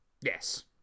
Yes